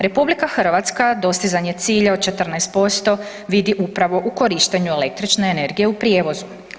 RH dostizanje cilja od 14% vidi upravo u korištenju električne energije u prijevozu.